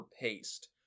paced